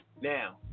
Now